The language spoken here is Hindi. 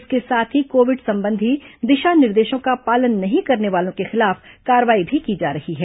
इसके साथ ही कोविड संबंधी दिशा निर्देशों का पालन नहीं करने वालों के खिलाफ कार्रवाई भी की जा रही है